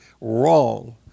wrong